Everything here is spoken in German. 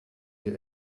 wir